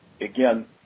Again